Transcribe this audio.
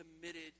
committed